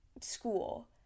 school